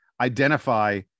identify